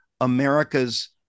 America's